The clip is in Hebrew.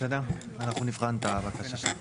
אנחנו נבחן את הבקשה,